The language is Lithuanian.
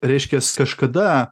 reiškias kažkada